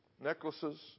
necklaces